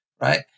right